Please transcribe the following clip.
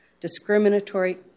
discriminatory